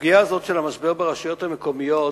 הסוגיה הזאת, של המשבר ברשויות המקומיות,